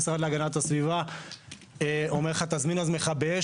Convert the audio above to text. המשרד להגנת הסביבה אומר לך - תזמין אז מכבי אש.